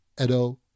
Edo